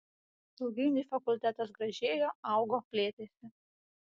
ilgainiui fakultetas gražėjo augo plėtėsi